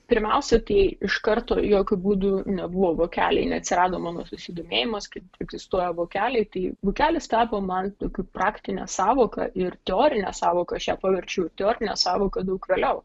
pirmiausia tai iš karto jokiu būdu nebuvo vokeliai neatsirado mano susidomėjimas kad egzistuoja vokeliai tai vokelis tapo man tokia praktine sąvoka ir teorine sąvoka aš ją paverčiau į teorinę sąvoką daug vėliau